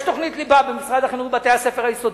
יש תוכנית ליבה במשרד החינוך לבתי-הספר היסודיים.